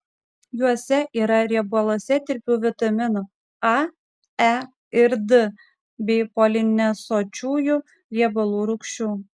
juose yra riebaluose tirpių vitaminų a e ir d bei polinesočiųjų riebalų rūgščių